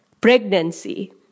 pregnancy